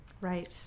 Right